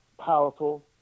powerful